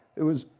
it was,